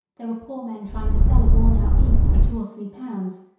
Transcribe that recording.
there were poor men trying to sell a worn-out beast for two or three pounds,